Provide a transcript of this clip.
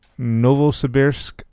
Novosibirsk